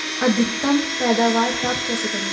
अधिकतम पैदावार प्राप्त कैसे करें?